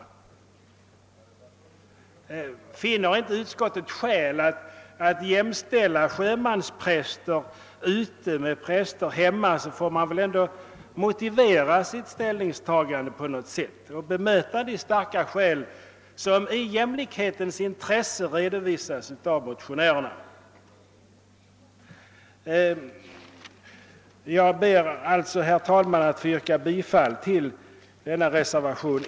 Om utskottet inte finner skäl att jämställa sjömanspräster ute med prästerna hemma, så måste väl utskottet ändå motivera sitt ställningstagande på något sätt och bemöta de starka skäl som i jämlikhetens intresse har redovisats av motionärerna. Herr talman! Jag ber att få yrka bifall till reservationen I.